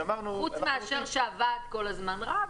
כשאמרנו --- חוץ מהוועד שכל הזמן רב.